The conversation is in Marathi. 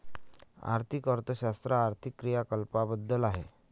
आर्थिक अर्थशास्त्र आर्थिक क्रियाकलापांबद्दल आहे